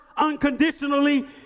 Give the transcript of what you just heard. unconditionally